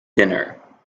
dinner